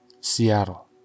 Seattle